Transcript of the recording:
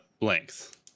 length